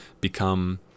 become